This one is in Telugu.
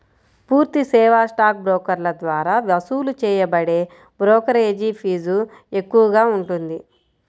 పూర్తి సేవా స్టాక్ బ్రోకర్ల ద్వారా వసూలు చేయబడే బ్రోకరేజీ ఫీజు ఎక్కువగా ఉంటుంది